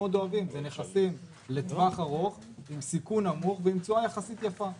מאוד אוהבים זה נכסים לטווח ארוך עם סיכון נמוך ועם יחסית יפה.